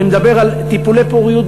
אני מדבר על טיפולי פוריות